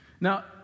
Now